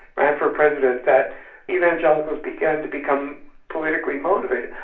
ran for president that evangelicals began to become politically motivated.